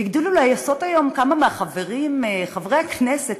והגדילו אולי לעשות היום כמה מהחברים, חברי הכנסת,